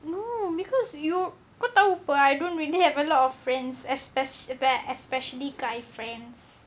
no because you kau tahu [pe] I don't really have a lot of friends especially especially guy friends